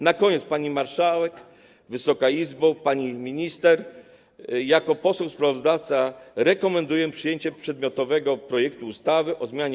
Na koniec, pani marszałek, Wysoka Izbo, pani minister, jako poseł sprawozdawca rekomenduję przyjęcie przedmiotowego projektu ustawy o zmianie